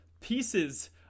pieces